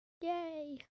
yay